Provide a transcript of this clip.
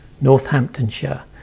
Northamptonshire